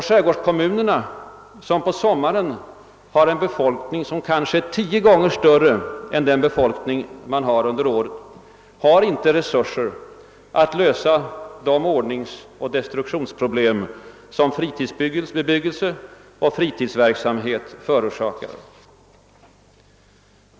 Skärgårdskommunerna som på sommaren har en befolkning kanske tio gånger så stor som den hela året bofasta, har inte resurser att lösa de ordningsoch destruktionsproblem som fritidsbebyggelsen och fritidsverksamheten förorsakar.